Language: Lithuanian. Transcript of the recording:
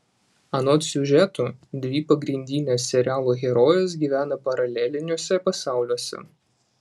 anot siužeto dvi pagrindinės serialo herojės gyvena paraleliniuose pasauliuose